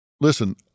Listen